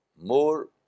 more